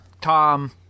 Tom